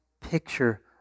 picture